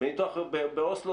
באוסלו